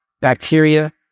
bacteria